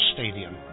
Stadium